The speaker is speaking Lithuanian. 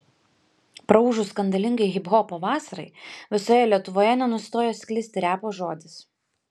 praūžus skandalingai hiphopo vasarai visoje lietuvoje nenustojo sklisti repo žodis